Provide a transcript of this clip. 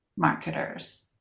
marketers